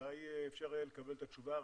אולי אפשר יהיה לקבל את התשובה הרשמית,